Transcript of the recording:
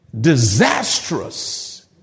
Disastrous